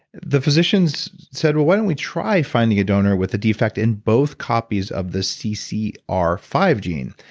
the physicians said, why don't we try finding a donor with a defect in both copies of the c c r five gene?